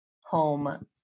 home